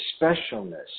specialness